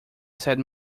said